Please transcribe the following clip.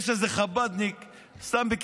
יש איזה חב"דניק שם,